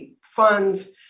funds